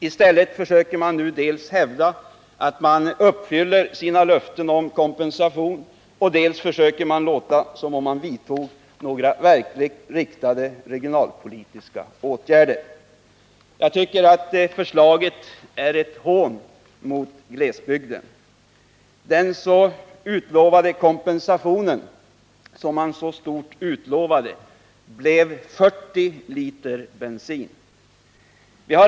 I stället försöker man nu dels hävda att man uppfyller sina löften om kompensation, dels ge sken av att man vidtagit verkligt riktade regionalpolitiska åtgärder. Jag tycker att förslaget är ett hån mot glesbygden. Kompensationen, som man så vackert utlovade, blev 40 liter bensin.